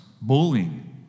bullying